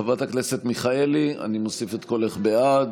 חברת הכנסת מיכאלי, אני מוסיף את קולך בעד.